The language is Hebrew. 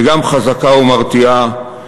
וגם חזקה ומרתיעה,